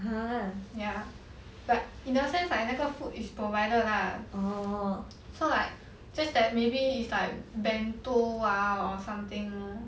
ya but in a sense like 那个 food is provided lah so like just that maybe it's like bento ah or something